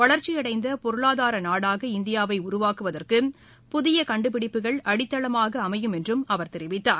வளர்ச்சியடைந்த பொருளாதார நாடாக இந்தியாவை உருவாக்குவதற்கு புதிய கண்டுபிடிப்புகள் அடித்தளமாக அமையும் என்றும் அவர் தெரிவித்தார்